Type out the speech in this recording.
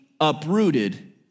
uprooted